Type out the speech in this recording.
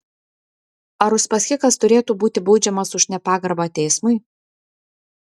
ar uspaskichas turėtų būti baudžiamas už nepagarbą teismui